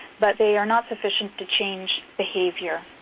but they are not sufficient to change behavior.